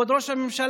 כבוד ראש הממשלה,